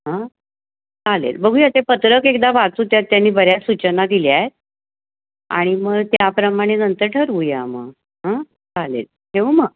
हां चालेल बघूया ते पत्रक एकदा वाचू त्यात त्यांनी बऱ्याच सूचना दिल्या आहेत आणि मग त्याप्रमाणे नंतर ठरवूया मग हं चालेल ठेवू मग